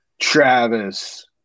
Travis